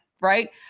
Right